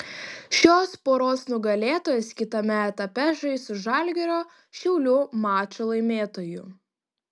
šios poros nugalėtojas kitame etape žais su žalgirio šiaulių mačo laimėtoju